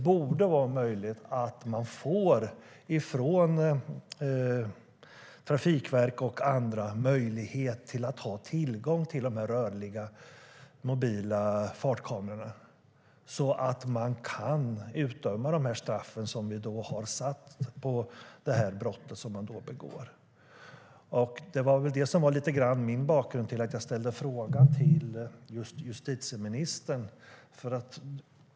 Trafikverket och andra borde få möjlighet att ha tillgång till mobila fartkameror så att man kan utdöma de straff som finns för de brott som begås. Detta var lite grann bakgrunden till att jag ställde frågan till just justitieministern.